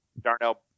Darnell